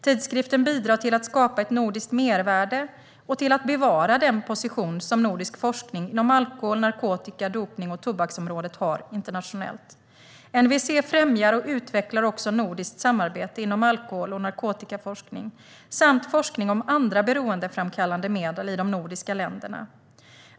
Tidskriften bidrar till att skapa ett nordiskt mervärde och till att bevara den position som nordisk forskning inom alkohol, narkotika, dopnings och tobaksområdet har internationellt. NVC främjar och utvecklar också nordiskt samarbete inom alkohol och narkotikaforskning samt forskning om andra beroendeframkallande medel i de nordiska länderna.